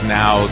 now